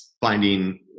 finding